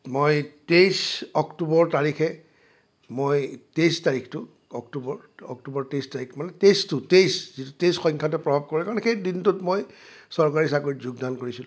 মই তেইছ অক্টোবৰ তাৰিখে মই তেইছ তাৰিখটো অক্টোবৰ অক্টোবৰ তেইছ তাৰিখটো মানে তেইছটো তেইছ যিটো তেইছ সংখ্যাটোৱে প্ৰভাৱ কৰে কাৰণ সেই দিনটোত মই চৰকাৰী চাকৰিত যোগদান কৰিছিলোঁ